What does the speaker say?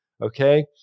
Okay